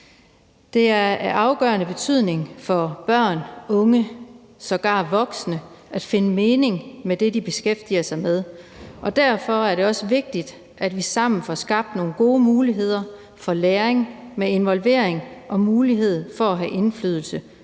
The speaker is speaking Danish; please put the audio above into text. Det er af afgørende betydning for børn, unge og sågar voksne at finde mening i det, de beskæftiger sig med, og derfor er det også vigtigt, at vi sammen får skabt nogle gode muligheder for læring med involvering og mulighed for at have indflydelse